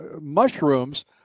mushrooms